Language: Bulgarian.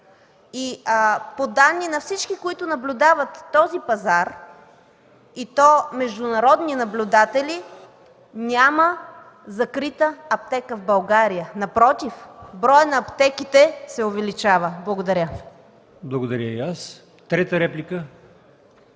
и по данни на всички, които наблюдават този пазар, и то международни наблюдатели, няма закрита аптека в България, напротив – броят на аптеките се увеличава. Благодаря. ПРЕДСЕДАТЕЛ АЛИОСМАН